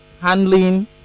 handling